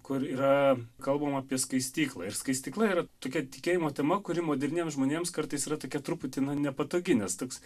kur yra kalbama apie skaistyklą ir skaistykla yra tokia tikėjimo tema kuri moderniems žmonėms kartais yra tokia truputį na nepatogi nes toks